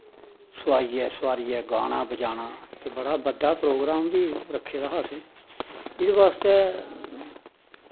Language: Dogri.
सोआरियै सोआरियै गाना बजाना गे बड़ा बड्डा प्रोग्रम बी रक्खे दा असें एह्दै बास्तै